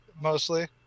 mostly